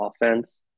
offense